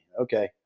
Okay